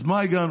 אז לאן הגענו?